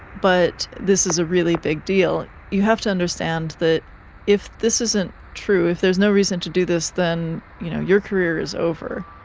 but this is a really big deal. you have to understand that if this isn't true, if there's no reason to do this, then you know your career is over.